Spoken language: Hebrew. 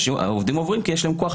עובדים עוברים כי יש להם כוח.